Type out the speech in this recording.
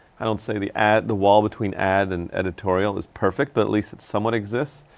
i don't say the ad, the wall between ad and editorial is perfect, but at least it somewhat exists.